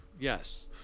Yes